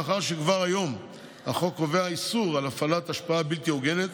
מאחר שכבר היום החוק קובע איסור על הפעלת השפעה בלתי הוגנת,